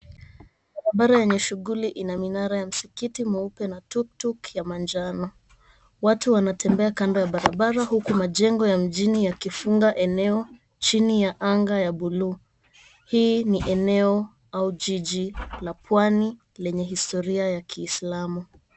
Barabara yenye shughuli ina minara ya msikiti mweupe na tuktuk ya manjano. Watu wanatembea kando ya barabara huku majengo ya mjini yakifunga eneo chini ya anga ya buluu. Hii ni eneo au jiji la pwani lenye historia ya kiislamu.